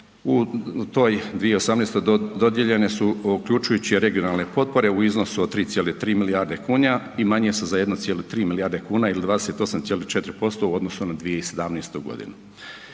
U toj 2018. dodijeljene su uključujući i regionalne potpore u iznosu od 3,3 milijarde kuna i manje su za 1,3 milijarde kuna ili 28,4% u odnosu na 2017. godinu.